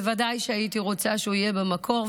בוודאי הייתי רוצה שהוא יהיה במקור,